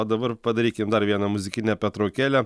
o dabar padarykim dar vieną muzikinę petraukėlę